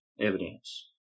evidence